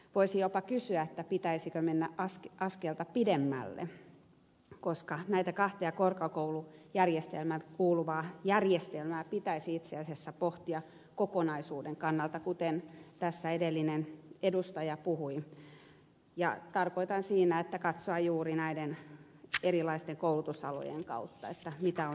voisi jopa kysyä pitäisikö mennä askelta pidemmälle koska näitä kahta korkeakoulujärjestelmään kuuluvaa järjestelmää pitäisi itse asiassa pohtia kokonaisuuden kannalta kuten tässä edellinen edustaja puhui ja tarkoitan siinä että katsoa juuri näiden erilaisten koulutusalojen kautta mitä on tarjolla